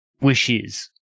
wishes